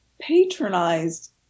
patronized